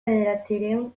bederatziehun